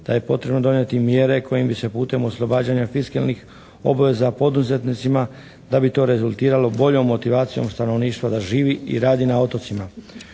da je potrebno donijeti mjere kojim bi se putem oslobađanja fiskalnih obveza poduzetnicima, da bi to rezultiralo boljom motivacijom stanovništva da živi i radi na otocima.